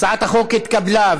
הצעת החוק התקבלה,